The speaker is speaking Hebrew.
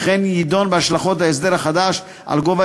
וכן ידון בהשלכות ההסדר החדש על גובה